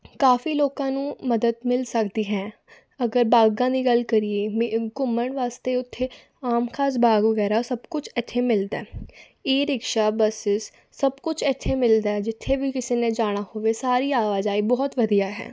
ਕਾਫੀ ਲੋਕਾਂ ਨੂੰ ਮਦਦ ਮਿਲ ਸਕਦੀ ਹੈ ਅਗਰ ਬਾਗਾਂ ਦੀ ਗੱਲ ਕਰੀਏ ਘੁੰਮਣ ਵਾਸਤੇ ਉੱਥੇ ਆਮ ਖਾਸ ਬਾਗ ਵਗੈਰਾ ਸਭ ਕੁਛ ਇੱਥੇ ਮਿਲਦਾ ਈ ਰਿਕਸ਼ਾ ਬਸਿਸ ਸਭ ਕੁਛ ਇੱਥੇ ਮਿਲਦਾ ਜਿੱਥੇ ਵੀ ਕਿਸੇ ਨੇ ਜਾਣਾ ਹੋਵੇ ਸਾਰੀ ਆਵਾਜਾਈ ਬਹੁਤ ਵਧੀਆ ਹੈ